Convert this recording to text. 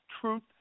truth